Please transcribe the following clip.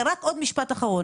משפט אחרון